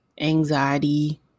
anxiety